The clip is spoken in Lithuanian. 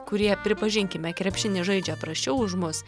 kurie pripažinkime krepšinį žaidžia prasčiau už mus